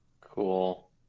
Cool